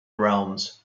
realms